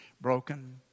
broken